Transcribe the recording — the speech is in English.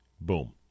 Boom